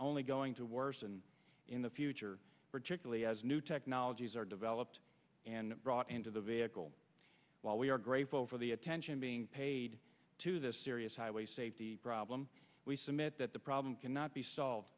only going to worsen in the future particularly as new technologies are developed and brought into the vehicle while we are grateful for the attention being paid to this serious highway safety problem we submit that the problem cannot be solved